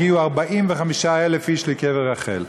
הגיעו 45,000 איש לקבר רחל.